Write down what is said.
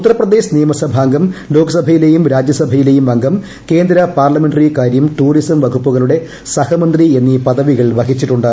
ഉത്തർപ്രദേശ് നിയമ സഭാംഗം ലോക്സഭയിലേയും രാജ്സഭയിലേയും അംഗം കേന്ദ്ര പാർലമെന്ററി കാര്യം ടൂറിസം വകുപ്പുകളുടെ സഹമന്ത്രി എന്നീ പദവികൾ വഹിച്ചിട്ടുണ്ട്